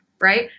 Right